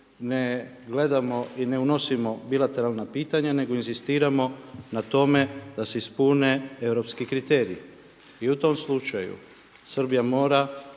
ne gledamo i ne unosimo bilateralna pitanja nego inzistiramo na tome da se ispune europski kriteriji. I u tom slučaju Srbija mora